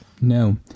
No